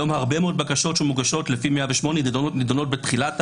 היום הרבה מאוד בקשות שמוגשות לפי 108 נידונות בתחילת ההליך,